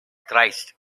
christ